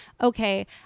okay